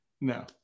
No